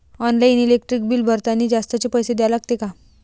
Online electric bill भरतानी जास्तचे पैसे द्या लागते का?